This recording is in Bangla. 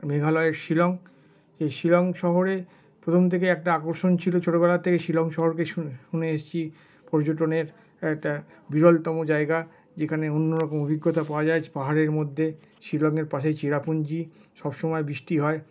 মেঘালয়ের শিলং এই শিলং শহরে প্রথম থেকেই একটা আকর্ষণ ছিলো ছোটোবেলা থেকেই শিলং শহরকে শুনে এসছি পর্যটনের একটা বিরলতম জায়গা যেখানে অন্যরকম অভিজ্ঞতা পাওয়া যায় পাহাড়ের মধ্যে শিলংয়ের পাশেই চেরাপুঁজি সবসময় বৃষ্টি হয়